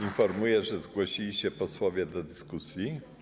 Informuję, że zgłosili się posłowie do dyskusji.